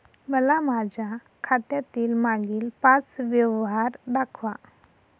मला माझ्या खात्यातील मागील पांच व्यवहार दाखवा